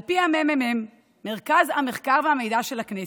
על פי הממ"מ, מרכז המחקר והמידע של הכנסת,